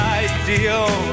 ideal